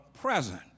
present